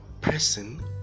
person